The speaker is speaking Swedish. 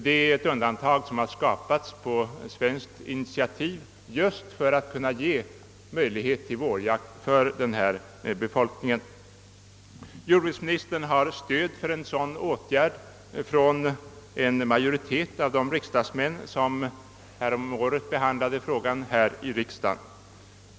Det är ett undantag som har skapats på svenskt initiativ just för att kunna ge möjlighet till vårjakt för denna befolkning. Jordbruksministern har stöd för en sådan åtgärd från en majoritet av de riksdagsmän som häromåret behandlade frågan här i riksdagen.